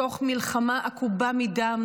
בתוך מלחמה עקובה מדם,